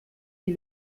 die